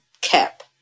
cap